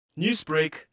Newsbreak